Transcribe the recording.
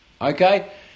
Okay